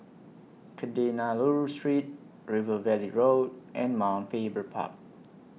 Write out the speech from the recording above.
Kadayanallur Street River Valley Road and Mount Faber Park